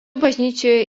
bažnyčioje